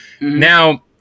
Now